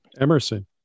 Emerson